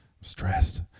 stressed